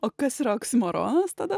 o kas yra oksimoronas tada